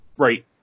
right